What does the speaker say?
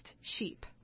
sheep